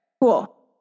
cool